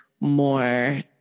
more